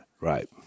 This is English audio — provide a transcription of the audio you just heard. Right